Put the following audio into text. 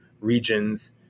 regions